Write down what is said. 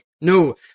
No